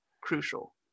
crucial